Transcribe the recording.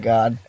God